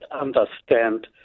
understand